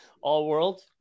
All-World